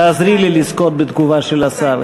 תעזרי לי לזכות בתגובה של השר.